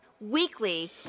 weekly